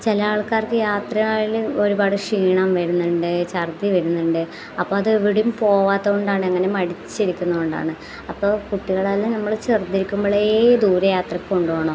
ചില ആൾക്കാർക്ക് യാത്രയിൽ ഒരുപാട് ക്ഷീണം വരുന്നുണ്ട് ഛർദ്ദി വരുന്നുണ്ട് അപ്പം അത് എവിടെയും പോവാത്തത് കൊണ്ടാണ് അങ്ങനെ മടിച്ചിരിക്കുന്നത് കൊണ്ടാണ് അപ്പോൾ കുട്ടികളെല്ലാം നമ്മൾ ചെറുത് ഇരിക്കുമ്പോഴേ നമ്മൾ ദൂര യാത്രയ്ക്ക് കൊണ്ട് പോവണം